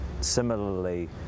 similarly